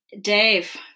Dave